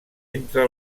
entre